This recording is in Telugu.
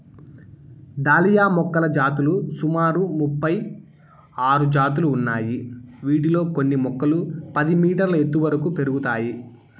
దాలియా మొక్కల జాతులు సుమారు ముపై ఆరు జాతులు ఉన్నాయి, వీటిలో కొన్ని మొక్కలు పది మీటర్ల ఎత్తు వరకు పెరుగుతాయి